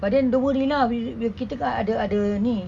but then don't worry lah we we'll kita kan ada ada ni